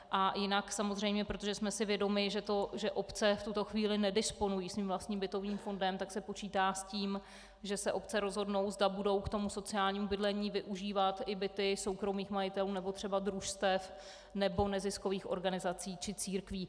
A jinak samozřejmě, protože jsme si vědomi, že obce v tuto chvíli nedisponují svým vlastním bytovým fondem, tak se počítá s tím, že se obce rozhodnou, zda budou k tomu sociálnímu bydlení využívat i byty soukromých majitelů nebo třeba družstev nebo neziskových organizací či církví.